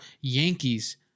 Yankees